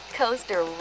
coaster